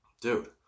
dude